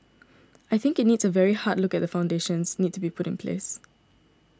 I think it needs a very hard look at the foundations need to be put in place